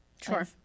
Sure